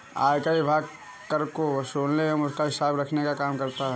आयकर विभाग कर को वसूलने एवं उसका हिसाब रखने का काम करता है